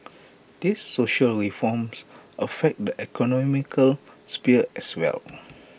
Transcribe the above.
these social reforms affect the economic sphere as well